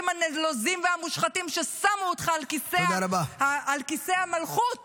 הנלוזים והמושחתים ששמו אותך על כיסא המלכות